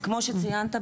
כמו שציינת,